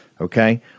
Okay